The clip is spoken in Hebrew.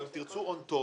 או אם תרצו on top,